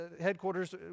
Headquarters